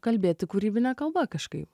kalbėti kūrybine kalba kažkaip